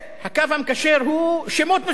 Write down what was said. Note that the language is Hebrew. הקו המקשר הוא שמות נוספים,